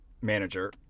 manager